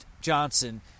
Johnson